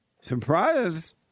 Surprise